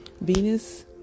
Venus